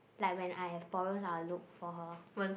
like when I have problems I will look for her